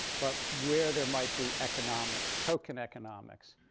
but where there might be economics token economics.